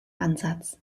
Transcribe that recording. ansatz